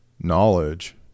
knowledge